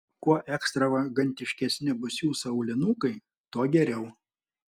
kuo ekstravagantiškesni bus jūsų aulinukai tuo geriau